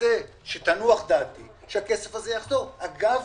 רוצה שתנוח דעתי שהכסף הזה יחזור, אגב